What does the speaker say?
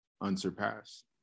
unsurpassed